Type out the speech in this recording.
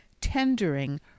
tendering